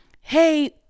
hey